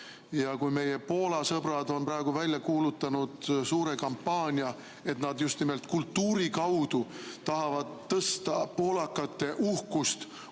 Ja kui meie Poola sõbrad on praegu välja kuulutanud suure kampaania, et just nimelt kultuuri kaudu suurendada poolakate uhkust